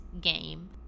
game